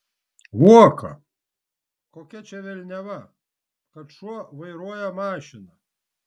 uoką kokia čia velniava kad šuo vairuoja mašiną